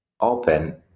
open